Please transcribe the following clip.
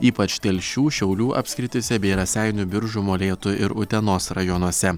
ypač telšių šiaulių apskrityse bei raseinių biržų molėtų ir utenos rajonuose